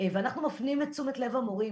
ואנחנו מפנים פשוט מאוד את תשומת לב המורים,